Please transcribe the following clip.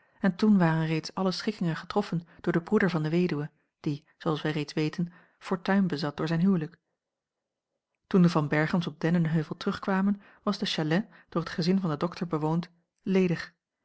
en toen waren reeds alle schikkingen getroffen door den broeder van de weduwe die zooals wij reeds weten fortuin bezat door zijn huwelijk toen de van berchem's op dennenheuvel terugkwamen was de châlet door het gezin van den dokter bewoond ledig